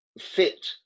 fit